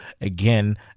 again